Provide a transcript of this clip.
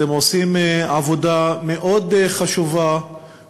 אתם עושים עבודה מאוד חשובה,